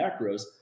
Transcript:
macros